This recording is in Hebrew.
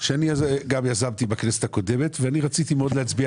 שאני גם יזמתי בכנסת הקודמת ואני רציתי מאוד להצביע